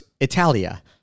Italia